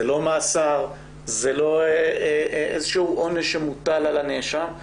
זה לא מאסר או איזשהו עונש שמוטל על הנאשם.